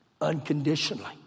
Unconditionally